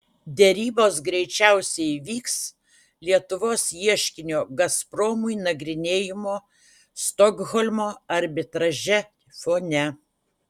derybos greičiausiai vyks lietuvos ieškinio gazpromui nagrinėjimo stokholmo arbitraže fone